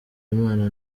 imana